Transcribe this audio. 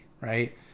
right